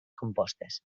compostes